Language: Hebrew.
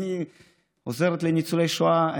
אני עוזרת לניצולי שואה,